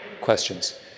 questions